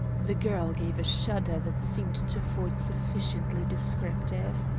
the girl gave a shudder that seemed to ford sufficiently descriptive.